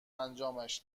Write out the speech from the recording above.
انجامش